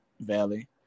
Valley